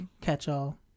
catch-all